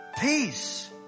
Peace